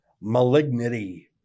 malignity